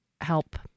help